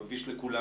הוא מביש לכולנו.